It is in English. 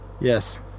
Yes